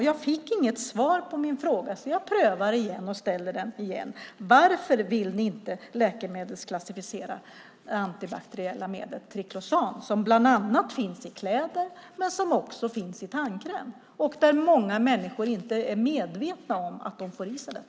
Jag fick inget svar på min fråga, så jag ställer den igen: Varför vill ni inte läkemedelsklassificera det antibakteriella medlet triklosan som bland annat finns i kläder och tandkräm och som många människor får i sig utan att vara medvetna om det?